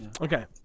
Okay